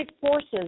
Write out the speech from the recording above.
forces